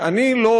אני לא,